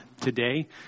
today